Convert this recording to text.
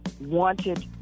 wanted